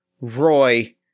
Roy